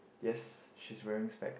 yes she's wearing spec